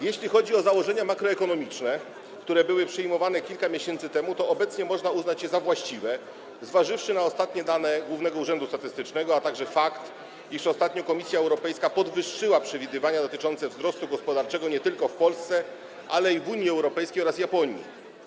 Jeśli chodzi o założenia makroekonomiczne, które były przyjmowane kilka miesięcy temu, to obecnie można uznać je za właściwe, zważywszy na ostatnie dane Głównego Urzędu Statystycznego, a także fakt, iż ostatnio Komisja Europejska podwyższyła przewidywania dotyczące wzrostu gospodarczego nie tylko w Polsce, ale i w Unii Europejskiej oraz w Japonii.